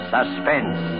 Suspense